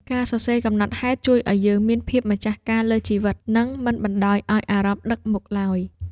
ការសរសេរកំណត់ហេតុជួយឱ្យយើងមានភាពម្ចាស់ការលើជីវិត និងមិនបណ្ដោយឱ្យអារម្មណ៍ដឹកមុខឡើយ។